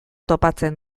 topatzen